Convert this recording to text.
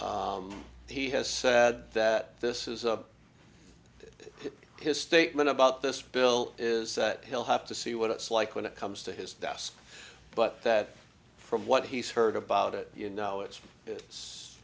checks he has said that this is a that his statement about this bill is that he'll have to see what it's like when it comes to his desk but that from what he's heard about it you know it's it's